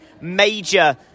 major